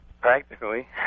Practically